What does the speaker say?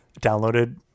downloaded